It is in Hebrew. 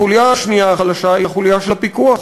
החוליה השנייה החלשה היא החוליה של הפיקוח.